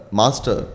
master